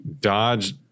Dodge